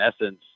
essence